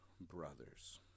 brothers